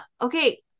okay